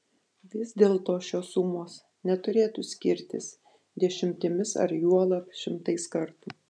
vis dėlto šios sumos neturėtų skirtis dešimtimis ar juolab šimtais kartų